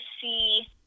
see